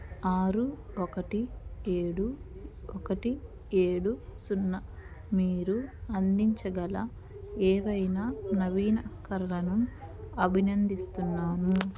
ఆరు ఒకటి ఏడు ఒకటి ఏడు సున్నా మీరు అందించగల ఏవైనా నవీకరణలను అభినందిస్తున్నాను